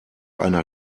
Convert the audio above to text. einer